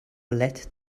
led